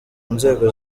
nzego